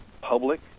public